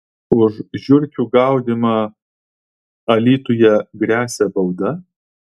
už žiurkių gaudymą alytuje gresia bauda